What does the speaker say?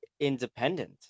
independent